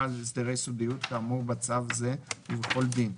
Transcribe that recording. על הסדרי סודיות כאמור בצו זה ובכל דין,